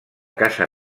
casa